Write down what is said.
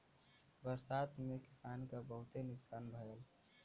बरसात में किसान क बहुते नुकसान भयल